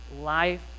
life